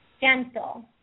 Gentle